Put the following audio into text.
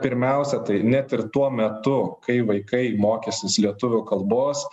pirmiausia tai net ir tuo metu kai vaikai mokysis lietuvių kalbos